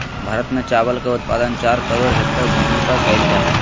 भारत में चावल के उत्पादन चार करोड़ हेक्टेयर भूमि पर कइल जा हइ